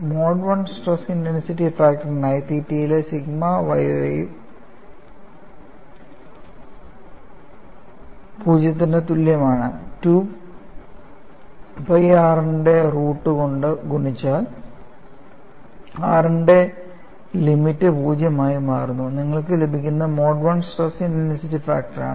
mode I stress intensity ഫാക്ടറിനായി തീറ്റയിലെ sigma yy 0 ന് തുല്യമാണ് 2 pi r ന്റെ റൂട്ട് കൊണ്ട് ഗുണിച്ചാൽ rന്റെ ലിമിറ്റ് 0 ആയി മാറുന്നു നിങ്ങൾക്ക് ലഭിക്കുന്നത് mode I stress intensity factor ആണ്